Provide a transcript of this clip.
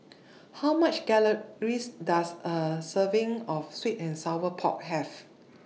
How much Calories Does A Serving of Sweet and Sour Pork Have